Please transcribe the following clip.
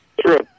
True